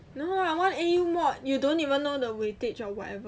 no eh one A_U mod you don't even know the weightage or whatever